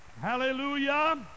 Hallelujah